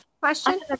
question